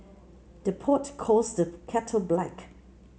the pot calls the kettle black